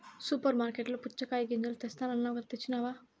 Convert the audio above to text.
super మార్కట్లలో పుచ్చగాయ గింజలు తెస్తానన్నావ్ కదా తెచ్చినావ